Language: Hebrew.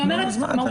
מהותית, אין הבדל.